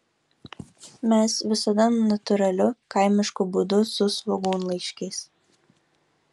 mes visada natūraliu kaimišku būdu su svogūnlaiškiais